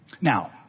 Now